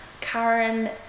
Karen